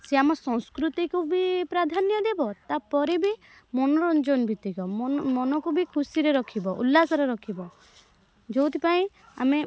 ସିଏ ଆମ ସଂସ୍କୃତିକୁ ବି ପ୍ରାଧାନ୍ୟ ଦେବ ତା'ପରେ ବି ମନୋରଞ୍ଜନ ଭିତ୍ତିକ ମନକୁ ବି ଖୁସିରେ ରଖିବ ଉଲ୍ଲାସରେ ରଖିବ ଯେଉଁଥିପାଇଁ ଆମେ